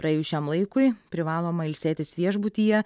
praėjus šiam laikui privaloma ilsėtis viešbutyje